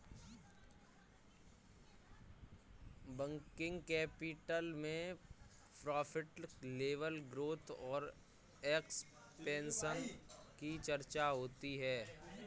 working capital में profit level growth और expansion की चर्चा होती है